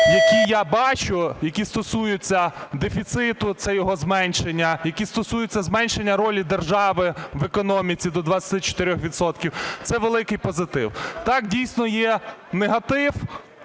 які я бачу, які стосуються дефіциту (це його зменшення), які стосуються зменшення ролі держави в економіці до 24 відсотків, - це великий позитив. Так, дійсно, є негатив,